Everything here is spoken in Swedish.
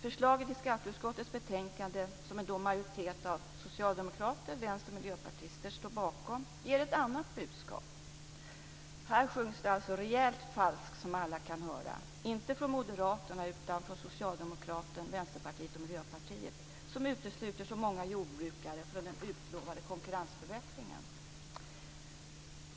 Förslaget i skatteutskottets betänkande, som en majoritet med socialdemokrater, vänster och miljöpartister står bakom, ger ett annat budskap. Här sjungs det alltså rejält falskt som alla kan höra, inte från Moderaterna utan från Socialdemokraterna, Vänsterpartiet och Miljöpartiet, som utesluter så många jordbrukare från den utlovade konkurrensförbättringen.